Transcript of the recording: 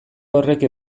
horrek